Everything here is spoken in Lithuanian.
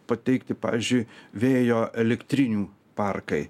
pateikti pavyzdžiui vėjo elektrinių parkai